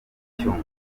kucyumva